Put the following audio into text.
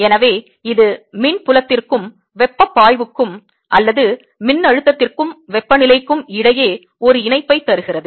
எனவே இது மின் புலத்திற்கும் வெப்பப் பாய்வுக்கும் அல்லது மின்னழுத்தத்திற்கும் வெப்பநிலைக்கும் இடையே ஒரு இணைப்பைத் தருகிறது